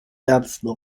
ernsten